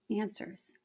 answers